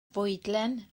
fwydlen